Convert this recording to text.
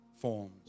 forms